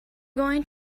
going